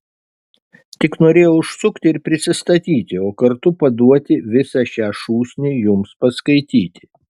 tik norėjau užsukti ir prisistatyti o kartu paduoti visą šią šūsnį jums paskaityti